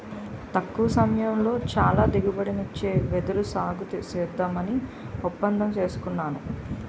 తక్కువ సమయంలో చాలా దిగుబడినిచ్చే వెదురు సాగుసేద్దామని ఒప్పందం సేసుకున్నాను